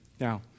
Now